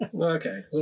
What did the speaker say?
Okay